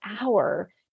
hour